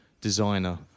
designer